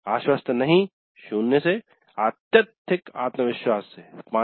आश्वस्त नहीं 0 से अत्यधिक आत्मविश्वास से 5